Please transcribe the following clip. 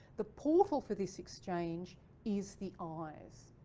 the portal for this exchange is the eyes.